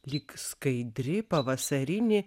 lyg skaidri pavasarinė